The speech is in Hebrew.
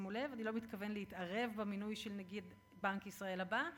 שימו לב: אני לא מתכוון להתערב במינוי של נגיד בנק ישראל הבא,